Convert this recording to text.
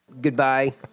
goodbye